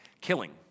Killing